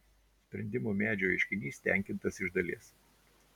sprendimų medžio ieškinys tenkintas iš dalies